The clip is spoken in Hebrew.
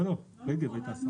לא, לא, רגב הייתה.